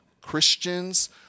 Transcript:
Christians